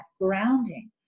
grounding